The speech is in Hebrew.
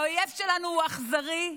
האויב שלנו הוא אכזרי,